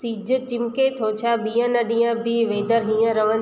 सिॼ चिमके थो छा ॿियनि ॾींहनि बि वेदर हीअं ई रहंद